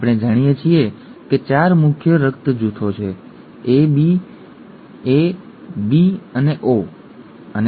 આપણે જાણીએ છીએ કે ચાર મુખ્ય રક્ત જૂથો છે A B AB અને O ખરું ને